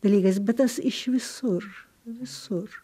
dalykais bet tas iš visur visur